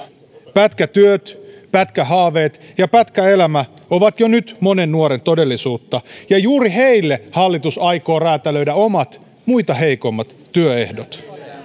pätkätyöt pätkähaaveet ja pätkäelämä ovat jo nyt monen nuoren todellisuutta ja juuri heille hallitus aikoo räätälöidä omat muita heikommat työehdot